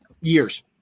years